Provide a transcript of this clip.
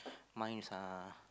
mine is uh